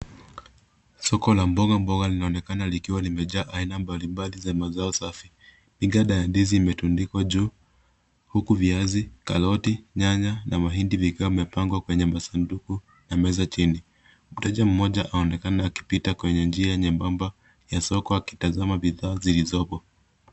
Soko la mboga mboga linaonekana likiwa limejaa aina mbalimbali za mazao safi. Miganda ya ndizi imetundikwa juu huku viazi, karoti, nyanya na mahindi yakiwa yamepangwa kwenye masanduku na meza chini. Mteja mmoja anaonekana akipita kwenye njia nyembamba ya soko akitazama bidhaa zilizopo.